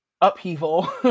upheaval